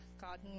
God